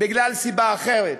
בגלל סיבה אחרת,